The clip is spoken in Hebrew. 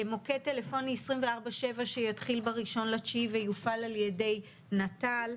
מוקד טלפוני 24/7 שיתחיל ב-1.9 ויופעל על ידי נט"ל,